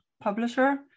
publisher